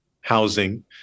housing